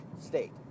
state